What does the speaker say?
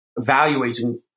evaluating